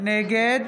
נגד